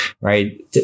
right